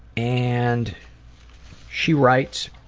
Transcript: and she writes